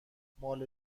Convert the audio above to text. مال